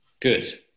Good